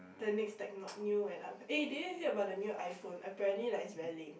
the next techno new and upco~ eh do you hear about the new iPhone apparently like it's very lame